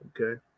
Okay